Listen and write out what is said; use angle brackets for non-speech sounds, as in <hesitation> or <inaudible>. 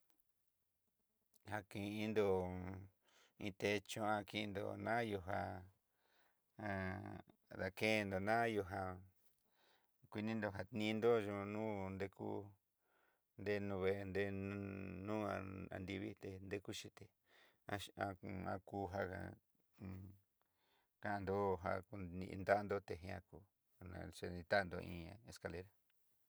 Jake indó iin techoá <hesitation> ndó nayo'o ján <hesitation> <hesitation> dakendo nayojan kuininró jakin nroyo'o, nú nrekú nre nuvee nré nua anrivi té tekú xhité <hesitation> adan, <hesitation> kandó <hesitation> ninandoté jakú nachidetandó iin escalera.